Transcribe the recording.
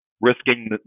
risking